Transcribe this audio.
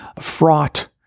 fraught